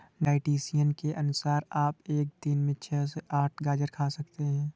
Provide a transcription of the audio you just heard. dietitian के अनुसार आप एक दिन में छह से आठ गाजर खा सकते हैं